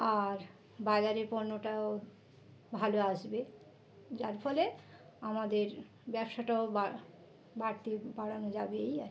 আর বাজারে পণ্যটাও ভালো আসবে যার ফলে আমাদের ব্যবসাটাও বা বাড়তে বাড়ানো যাবে এই আর কি